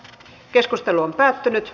keskustelu on päättynyt